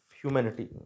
humanity